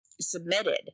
submitted